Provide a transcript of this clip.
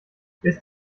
ist